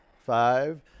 Five